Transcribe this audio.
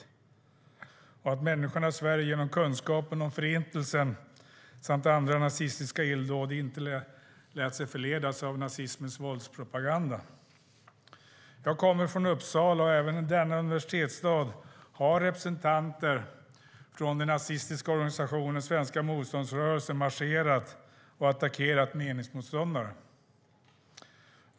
Och vi trodde att människorna i Sverige genom kunskapen om Förintelsen samt andra nazistiska illdåd inte lät sig förledas av nazismens våldspropaganda. Jag kommer från Uppsala. Även i denna universitetsstad har representanter från den nazistiska organisationen Svenska motståndsrörelsen marscherat och attackerat meningsmotståndare.